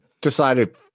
decided